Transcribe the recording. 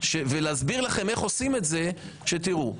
ולהסביר לכם איך עושים את זה כדי שתראו.